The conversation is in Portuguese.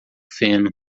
feno